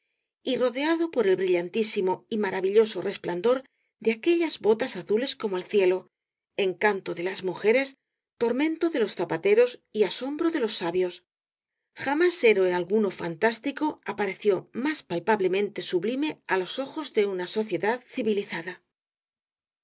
y rodeado por el brillantísimo y maravilloso resplandor de aquellas botas azules como el cielo encanto de las mujeres tormento de los zapateros y asombro de los sabios jamás n rosalía de castro héroe alguno fantástico apareció más palpablemente sublime á los ojos de una sociedad civilizada